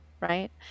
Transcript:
right